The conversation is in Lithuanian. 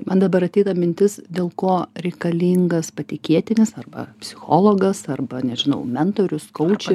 man dabar ateina mintis dėl ko reikalingas patikėtinis arba psichologas arba nežinau mentorius kauče